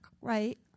Right